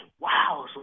wow